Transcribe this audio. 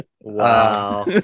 Wow